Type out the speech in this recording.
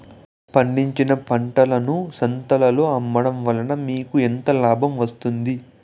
పండించిన పంటను సంతలలో అమ్మడం వలన మీకు ఎంత లాభం వస్తుంది?